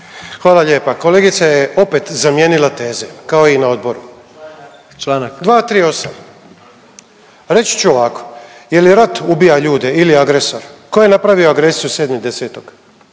Hvala lijepa. Kolegica je opet zamijenila teze kao i na Odboru. …/Upadica predsjednik: Članak./… 238. Reći ću ovako. Je li rat ubija ljude ili agresor. Tko je napravio agresiju 7.10.